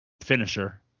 finisher